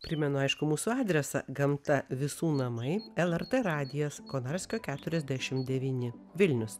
primenu aišku mūsų adresą gamta visų namai lrt radijas konarskio keturiasdešim devyni vilnius